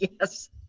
yes